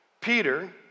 Peter